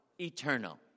eternal